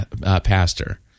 pastor